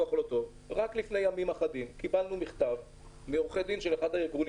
רק לפני כמה ימים קיבלנו מכתב מעורכי דין של אחד הארגונים